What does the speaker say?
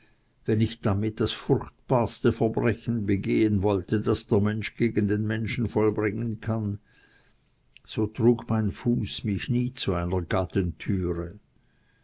wenn ich damit das furchtbarste verbrechen begehen wollte das der mensch gegen den menschen vollbringen kann so trug mein fuß mich nie zu einer